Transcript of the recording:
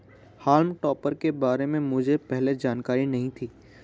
हॉल्म topper के बारे में मुझे पहले जानकारी नहीं थी